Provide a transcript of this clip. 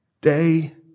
Day